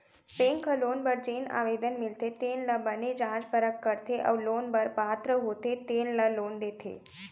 bank ह loan बर जेन आवेदन मिलथे तेन ल बने जाँच परख करथे अउ लोन बर पात्र होथे तेन ल लोन देथे